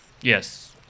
Yes